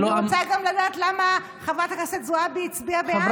אני רוצה גם לדעת למה חברת הכנסת זועבי הצביעה בעד,